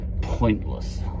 pointless